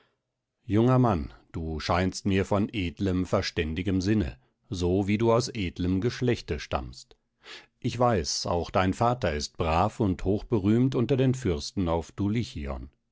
junger mann du scheinst mir von edlem verständigem sinne so wie du aus edlem geschlechte stammst ich weiß auch dein vater ist brav und hochberühmt unter den fürsten auf dulichion